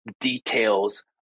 details